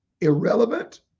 irrelevant